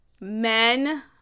Men